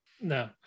No